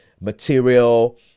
material